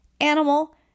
animal